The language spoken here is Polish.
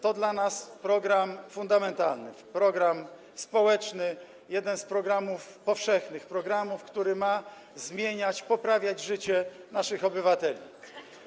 To dla nas program fundamentalny - program społeczny, jeden z programów powszechnych, programów, które mają zmieniać, poprawiać życie naszych obywateli.